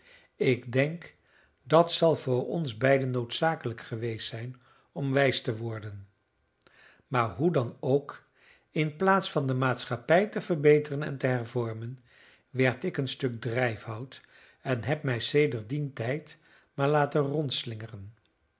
ik denk dat zal voor ons beiden noodzakelijk geweest zijn om wijs te worden maar hoe dan ook in plaats van de maatschappij te verbeteren en te hervormen werd ik een stuk drijfhout en heb mij sedert dien tijd maar laten rondslingeren